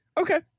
okay